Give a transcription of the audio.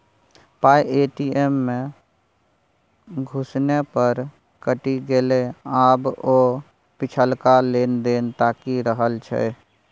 पाय ए.टी.एम मे घुसेने पर कटि गेलै आब ओ पिछलका लेन देन ताकि रहल छै